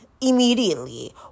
immediately